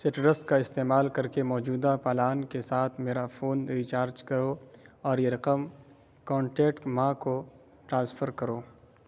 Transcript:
سٹرس کا استعمال کر کے موجودہ پلان کے ساتھ میرا فون ریچارج کرو اور یہ رقم کانٹیکٹ ماں کو ٹرانسفر کرو